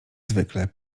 zwykle